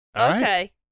Okay